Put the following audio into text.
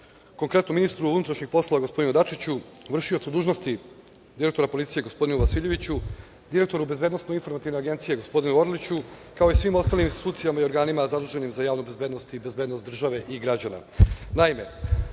konkretno, ministru unutrašnjih poslova gospodinu Dačiću, vršiocu dužnosti direktora policije gospodinu Vasiljeviću, direktoru Bezbednosno-informativne agencije gospodinu Orliću, kao i svim ostalim institucijama i organima zaduženim za javnu bezbednost i bezbednost države i građana. Naime,